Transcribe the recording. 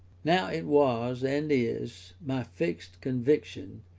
now it was, and is, my fixed conviction,